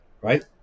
right